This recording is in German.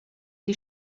die